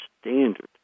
standard